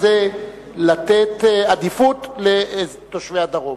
וזה לתת עדיפות לתושבי הדרום.